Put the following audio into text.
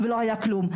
ולא היה כלום.